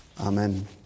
Amen